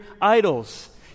idols